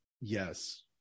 Yes